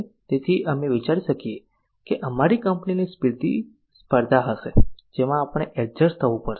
તેથી અમે વિચારી શકીએ છીએ કે અમારી કંપનીની સીધી સ્પર્ધા હશે જેમાં આપણે એડજસ્ટ થવું પડશે